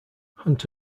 hunt